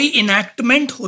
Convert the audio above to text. enactment